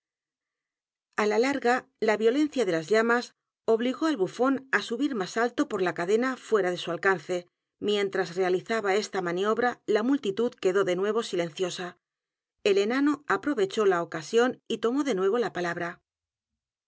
g a la violencia de las llamas obligó al bufón á subir más alto por la cadena fuera de su alcance mientras realizaba esta maniobra la multitud quedó de nuevo silenciosa el enano aprovechó la ocasión y tomó de nuevo la palabra